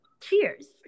Cheers